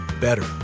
better